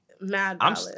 Mad